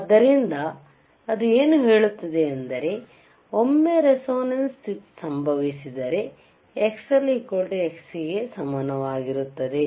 ಆದ್ದರಿಂದ ಅದು ಏನು ಹೇಳುತ್ತದೆ ಎಂದರೆ ಒಮ್ಮೆ ರೇಸೋನೆನ್ಸ್ ಸ್ಥಿತಿ ಸಂಭವಿಸಿದರೆ Xl Xc ಸಮಾನವಾಗಿರುತ್ತದೆ